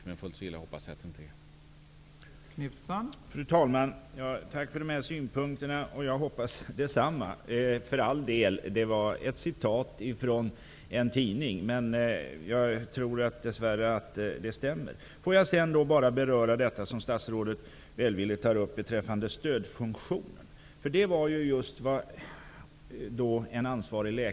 Men jag hoppas att det inte är fullt så illa.